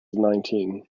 nineteen